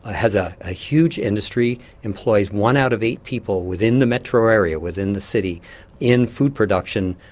ah has ah a huge industry, employs one out of eight people within the metro area within the city in food production,